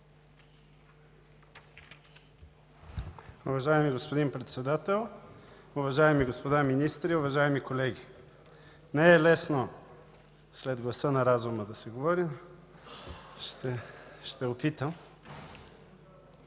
Уважаеми господин Председател, уважаеми господа министри, уважаеми колеги! Не е лесно след гласа на разума да се говори. Ще опитам.